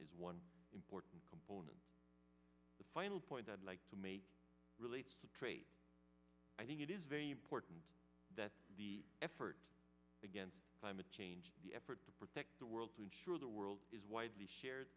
is one important component the final point i'd like to make relates to trade i think it is very important that the effort against climate change the effort to protect the world to ensure the world is widely shared